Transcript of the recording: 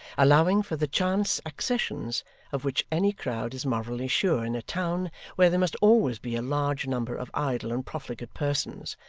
allowing for the chance accessions of which any crowd is morally sure in a town where there must always be a large number of idle and profligate persons,